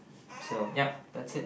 so yup that's it